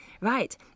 Right